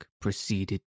proceeded